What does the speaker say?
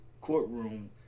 courtroom